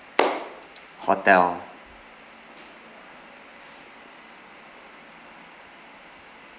hotel